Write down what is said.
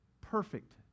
perfect